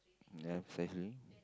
ya precisely